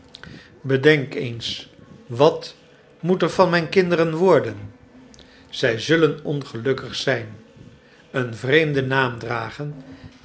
bedenk eens wat moet er van mijn kinderen worden zij zullen ongelukkig zijn een vreemden naam dragen